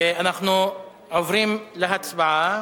אנחנו עוברים להצבעה.